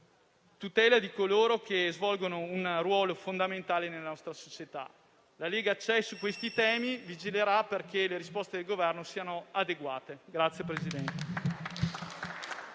e di coloro che svolgono un ruolo fondamentale nella nostra società. La Lega su questi temi c'è e vigilerà perché le risposte del Governo siano adeguate.